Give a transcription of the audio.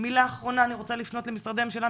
מילה אחרונה אני רוצה לפנות למשרדי הממשלה,